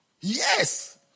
Yes